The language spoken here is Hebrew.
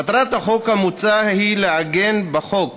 מטרת החוק המוצע היא לעגן בחוק